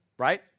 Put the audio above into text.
right